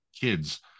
kids